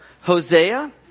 Hosea